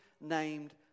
named